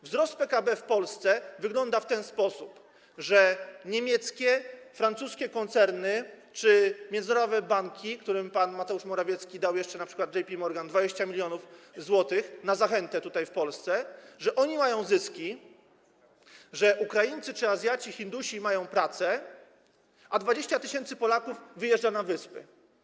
Wzrost PKB w Polsce wygląda w ten sposób, że niemieckie, francuskie koncerny czy międzynarodowe banki, którym pan Mateusz Morawiecki dał jeszcze, jak np. JP Morgan 20 mln zł na zachętę, tutaj, w Polsce, mają zyski, że Ukraińcy czy Azjaci, Hindusi mają pracę, a 20 tys. Polaków wyjeżdża na Wyspy.